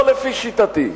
לא לפי שיטתי,